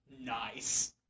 Nice